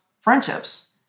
friendships